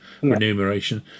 remuneration